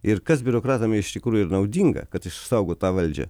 ir kas biurokratam iš tikrųjų ir naudinga kad išsaugot tą valdžią